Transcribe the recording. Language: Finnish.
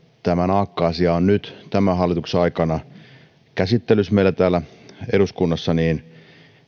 tämä naakka asia on nyt tämän hallituksen aikana käsittelyssä meillä täällä eduskunnassa niin